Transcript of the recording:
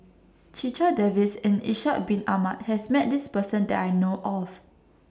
Checha Davies and Ishak Bin Ahmad has Met This Person that I know of